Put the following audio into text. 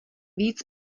víc